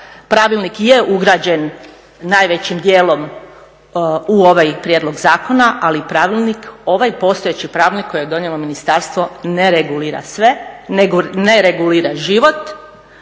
Pravilnik je ugrađen najvećim dijelom u ovaj prijedlog zakona, ali pravilnik, ovaj postojeći pravilnik koje je donijelo ministarstvo ne regulira sve,